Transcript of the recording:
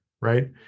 right